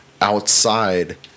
outside